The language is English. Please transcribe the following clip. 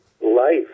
life